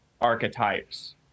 archetypes